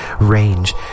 range